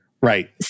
Right